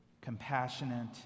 compassionate